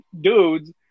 dudes